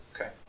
Okay